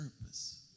purpose